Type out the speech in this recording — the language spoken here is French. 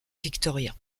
victoria